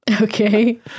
Okay